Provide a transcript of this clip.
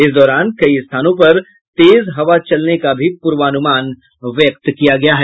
इस दौरान कई स्थानों पर तेज हवा चलने का भी पूर्वानुमान व्यक्त किया गया है